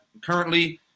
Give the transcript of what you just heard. currently